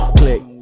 click